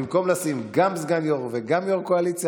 במקום לשים גם סגן יו"ר וגם יו"ר קואליציה